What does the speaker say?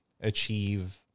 achieve